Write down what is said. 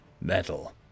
metal